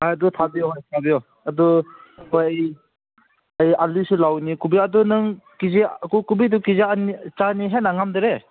ꯍꯣꯏ ꯑꯗꯨ ꯊꯥꯕꯤꯌꯣ ꯍꯣꯏ ꯊꯥꯕꯤꯌꯣ ꯑꯗꯨ ꯍꯣꯏ ꯑꯩ ꯑꯩ ꯑꯥꯜꯂꯨꯁꯨ ꯂꯧꯅꯤ ꯀꯣꯕꯤ ꯑꯗꯨ ꯅꯪ ꯀꯦ ꯖꯤ ꯀꯣꯕꯤꯗꯨ ꯀꯦ ꯖꯤ ꯆꯅꯤ ꯍꯦꯟꯅ ꯉꯝꯗ꯭ꯔꯦ